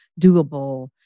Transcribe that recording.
doable